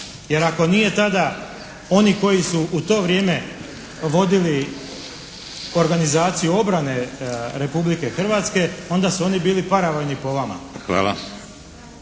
Jer ako nije tada, oni koji su u to vrijeme vodili organizaciju obrane Republike Hrvatske onda su oni bili paravojni po vama.